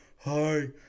hi